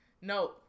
No